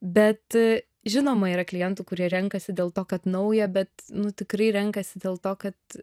bet žinoma yra klientų kurie renkasi dėl to kad nauja bet nu tikrai renkasi dėl to kad